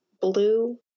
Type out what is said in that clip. Blue